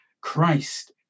Christ